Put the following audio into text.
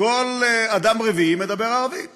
שכל אדם רביעי מדבר ערבית